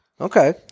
Okay